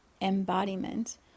embodiment